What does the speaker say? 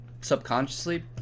subconsciously